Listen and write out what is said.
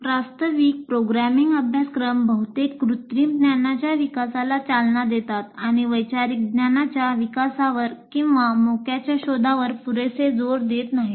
प्रास्ताविक प्रोग्रामिंग अभ्यासक्रम बहुतेक कृत्रिम ज्ञानाच्या विकासाला चालना देतात आणि वैचारिक ज्ञानाच्या विकासावर किंवा मोक्याच्या शोधावर पुरेसे जोर देत नाहीत